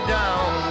down